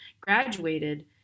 graduated